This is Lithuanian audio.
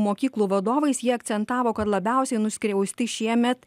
mokyklų vadovais jie akcentavo kad labiausiai nuskriausti šiemet